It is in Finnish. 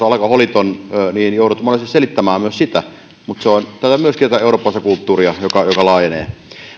alkoholiton niin joudut monesti selittämään myös sitä mutta se on myöskin tätä eurooppalaista kulttuuria joka laajenee